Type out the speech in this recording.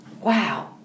Wow